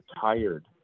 tired